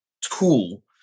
tool